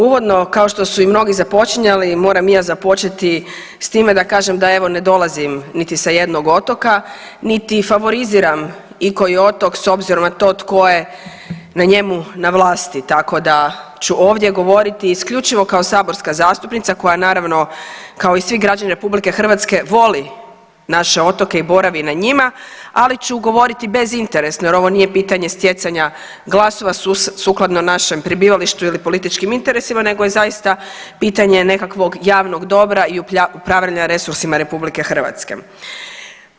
Uvodno kao što su i mnogi započinjali moram i ja započeti sa time da kažem evo da ne dolazim niti sa jednog otoka, niti favoriziram ikoji otok s obzirom na to tko je na njemu na vlasti, tako da ću ovdje govoriti isključivo kao saborska zastupnica koja naravno kao i svi građani Republike Hrvatske voli naše otoke i boravi na njima ali ću govoriti bezinteresno jer ovo nije pitanje stjecanja glasova sukladno našem prebivalištu ili političkim interesima nego je zaista pitanje nekakvog javnog dobra i upravljanjima resursima Republike Hrvatske.